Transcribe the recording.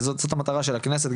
זאת המטרה של הכנסת,